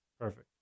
Perfect